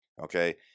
okay